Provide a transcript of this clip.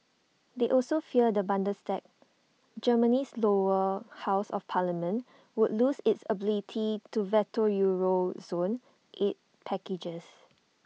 they also fear the Bundestag Germany's lower house of parliament would lose its ability to veto euro zone aid packages